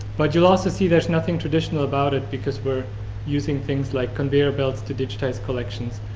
but you'll also see there's nothing traditional about it because we're using things like conveyor belts to digitize collections.